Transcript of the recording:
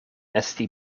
esti